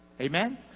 Amen